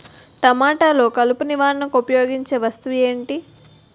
టమాటాలో కలుపు నివారణకు ఉపయోగించే వస్తువు ఏంటి?